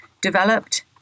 developed